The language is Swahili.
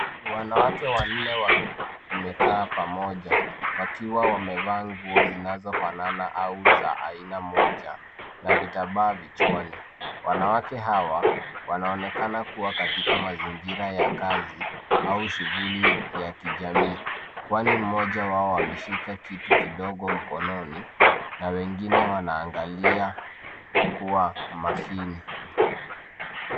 Ni wanawake wanne wamekaa pamoja wakiwa wamevaa nguo zinazo fanana au za aina moja na vitambaa vichwani. Wanawake hawa wanaonekana kuwa katika mazingira ya kazi au shughuli ya kijamii, kwani mmoja wao ameshika kitu kidogo mkononi na wengine wanaangalia kuwa makini.